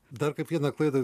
dar kaip vieną klaidą